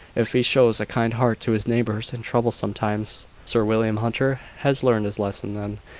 if he shows a kind heart to his neighbours in troublesome times. sir william hunter has learned his lesson then,